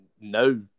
no